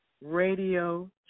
Radio